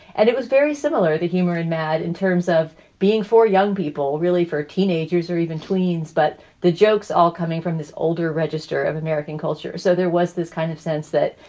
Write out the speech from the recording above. and it was very similar. the humor in mad in terms of being for young people, really for teenagers or even tweens. but the jokes all coming from this older register of american culture. so there was this kind of sense that,